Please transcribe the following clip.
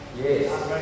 Yes